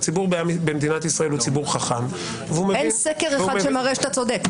הציבור במדינת ישראל הוא ציבור חכם --- אין סקר אחד שמראה שאתה צודק.